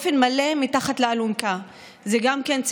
כן, זה יותר.